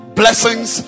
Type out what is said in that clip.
blessings